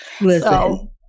Listen